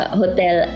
hotel